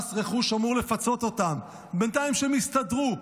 מס רכוש אמור לפצות אותם, ובינתיים, שיסתדרו.